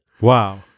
Wow